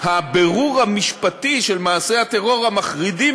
שהבירור המשפטי של מעשי הטרור המחרידים